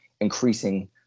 increasing